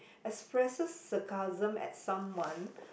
expresses sarcasm at someone